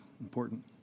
important